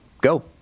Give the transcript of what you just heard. go